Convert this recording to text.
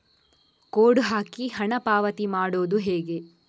Code ಹಾಕಿ ಹಣ ಪಾವತಿ ಮಾಡೋದು ಹೇಗೆ?